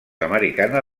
americana